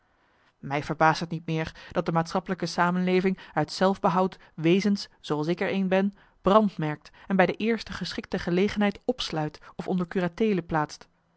mij verbaast het niet meer dat de maatschappelijke samenleving uit zelfbehoud wezens zooals ik er een ben brandmerkt en bij de eerste geschikte gelegenheid opsluit of onder curateele plaatst